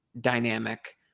dynamic